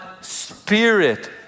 spirit